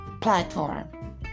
platform